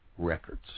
records